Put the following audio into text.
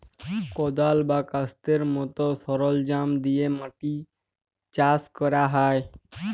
কদাল, ক্যাস্তের মত সরলজাম দিয়ে মাটি চাষ ক্যরা হ্যয়